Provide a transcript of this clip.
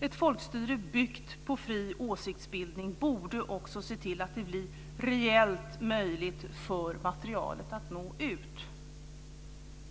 Ett folkstyre byggt på fri åsiktsbildning borde också se till att det blir reellt möjligt för materialet att nå ut.